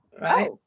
right